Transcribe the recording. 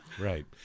Right